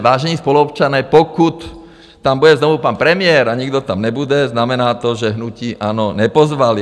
Vážení spoluobčané, pokud tam bude znovu pan premiér a nikdo tam nebude, znamená to, že hnutí ANO nepozvali.